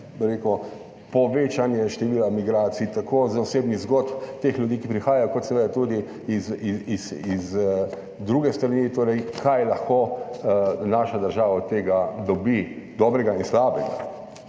povečanje števila migracij tako iz osebnih zgodb teh ljudi, ki prihajajo, kot seveda tudi iz druge strani. Torej, kaj lahko naša država od tega dobi, dobrega in slabega.